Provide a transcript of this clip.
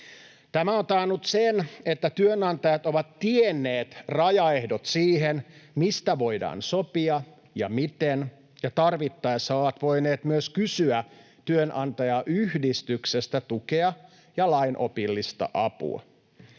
Tämä on taannut sen, että työnantajat ovat tienneet rajaehdot siinä, mistä voidaan sopia ja miten, ja tarvittaessa ovat voineet myös kysyä työnantajayhdistyksestä tukea ja lainopillista apua.